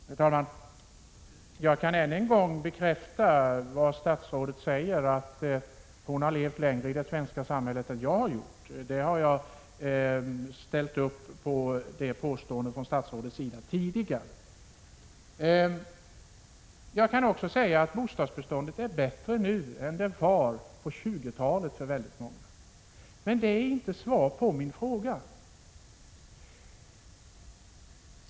Herr talman! Jag kan än en gång bekräfta att statsrådet har levt längre i det svenska samhället än jag — jag har också tidigare bekräftat det påståendet från statsrådets sida. Jag kan även instämma i att bostadsbeståndet är bättre nu än det var på 1920-talet för väldigt många. Men det är inte svar på min fråga.